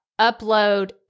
upload